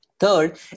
Third